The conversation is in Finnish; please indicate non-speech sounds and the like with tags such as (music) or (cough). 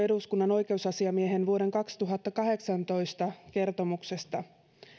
(unintelligible) eduskunnan oikeusasiamiehen vuoden kaksituhattakahdeksantoista kertomuksesta